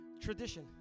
tradition